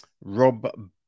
Rob